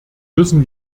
müssen